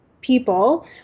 people